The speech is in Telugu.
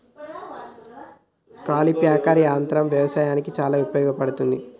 కల్టిప్యాకర్ యంత్రం వ్యవసాయానికి చాలా ఉపయోగపడ్తది